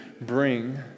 bring